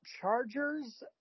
Chargers